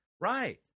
Right